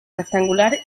rectangular